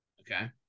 Okay